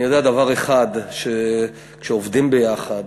אני יודע דבר אחד: כשעובדים ביחד